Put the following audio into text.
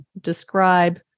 describe